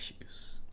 issues